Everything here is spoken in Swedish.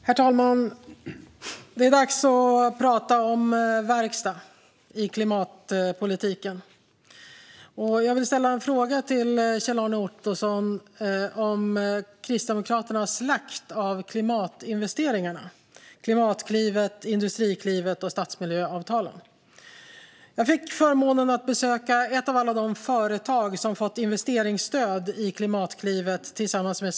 Herr talman! Det är dags att prata om verkstad i klimatpolitiken. Jag vill ställa en fråga till Kjell-Arne Ottosson om Kristdemokraternas slakt av klimatinvesteringarna: Klimatklivet, Industriklivet och stadsmiljöavtalen. Jag hade i våras förmånen att tillsammans med Svenskt Näringsliv besöka ett av alla de företag som fått investeringsstöd genom Klimatklivet.